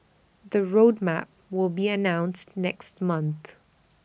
the road map will be announced next month